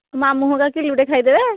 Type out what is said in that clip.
ମାମୁଁ ହେରିକା କିଲୋଟେ ଖାଇଦେବେ